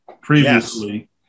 previously